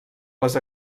les